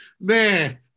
Man